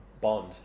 Bond